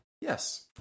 Yes